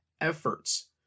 efforts